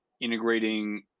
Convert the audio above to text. integrating